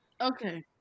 Okay